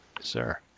Sir